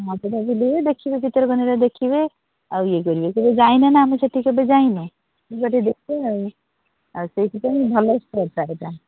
ମାଛ ଫାଛ ଥିବ ଦେଖିବେ ଭିତରକନିକା ଦେଖିବେ ଆଉ ଇଏ କରିବେ କେବେ ଯାଇନେ ନା ଆମେ ସେଠିକି କେବେ ଯାଇନୁ ଯିବା ଟିକେ ଦେଖିବା ଆଉ ଆଉ ସେଇଥି ପାଇଁ ଭଲ ସ୍ପଟ୍ଟା ସେଇଟା